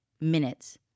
minutes